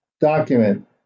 document